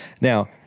Now